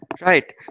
Right